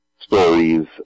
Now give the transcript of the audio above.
stories